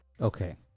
Okay